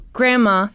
Grandma